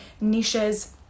niches